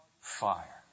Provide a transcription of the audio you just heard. fire